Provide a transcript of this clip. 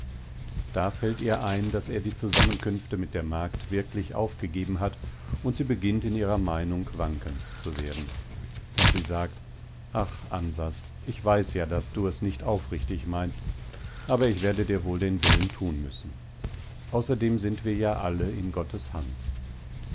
da fällt ihr ein daß er die zusammenkünfte mit der magd wirklich aufgegeben hat und sie beginnt in ihrer meinung wankend zu werden und sie sagt ach ansas ich weiß ja daß du es nicht aufrichtig meinst aber ich werde dir wohl den willen tun müssen außerdem sind wir ja alle in gottes hand